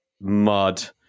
mud